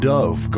Dove